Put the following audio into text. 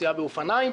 נסיעה באופניים,